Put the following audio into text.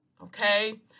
okay